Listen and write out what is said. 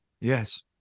Yes